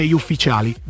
ufficiali